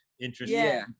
interesting